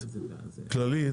כללית,